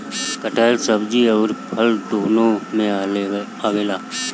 कटहल सब्जी अउरी फल दूनो में आवेला